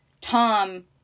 Tom